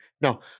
No